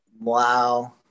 wow